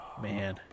Man